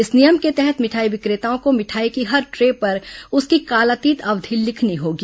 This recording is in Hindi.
इस नियम के तहत मिठाई विक्रेताओं को मिठाई की हर ट्रे पर उसकी कालातीत अवधि लिखनी होगी